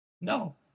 No